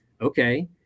Okay